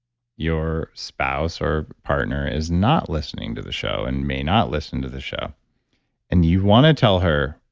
your spouse or partner is not listening to the show and may not listen to the show and you want to tell her,